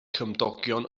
cymdogion